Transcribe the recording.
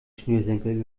schnürsenkel